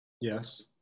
Yes